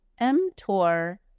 mTOR